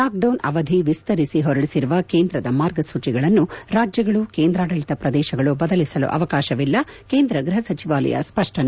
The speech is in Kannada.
ಲಾಕ್ಡೌನ್ ಅವಧಿ ವಿಸ್ತರಿಸಿ ಹೊರಡಿಸಿರುವ ಕೇಂದ್ರದ ಮಾರ್ಗಸೂಚಿಗಳನ್ನು ರಾಜ್ಯಗಳು ಕೇಂದ್ರಾಡಳತ ಪ್ರದೇಶಗಳು ಬದಲಿಸಲು ಅವಕಾಶವಿಲ್ಲ ಕೇಂದ್ರ ಗೃಹ ಸಚಿವಾಲಯ ಸ್ಪಷ್ನನೆ